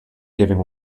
giving